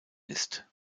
ist